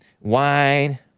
wine